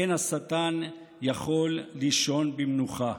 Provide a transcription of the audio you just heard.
אין השטן יכול לישון במנוחה.